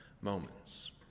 moments